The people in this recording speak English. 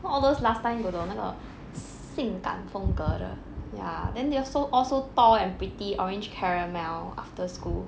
know all those last time got the 那个性感风格的 ya then they also all so tall and pretty orange caramel after school